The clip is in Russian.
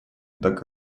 так